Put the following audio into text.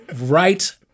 Right